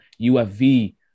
UFV